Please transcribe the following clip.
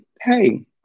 Hey